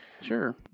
Sure